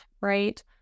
right